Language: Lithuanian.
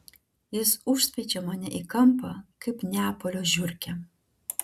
jis užspeičia mane į kampą kaip neapolio žiurkę